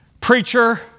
preacher